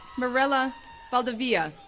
mirella valdivia,